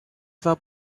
war